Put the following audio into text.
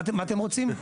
מה אתם רוצים?